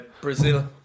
Brazil